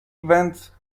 events